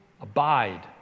abide